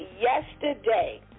yesterday